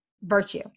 virtue